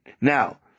Now